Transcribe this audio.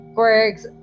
quirks